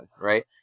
right